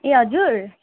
ए हजुर